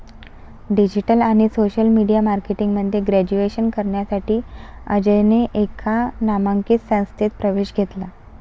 digital आणि social media marketing मध्ये graduation करण्यासाठी अजयने एका नामांकित संस्थेत प्रवेश घेतला